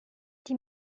die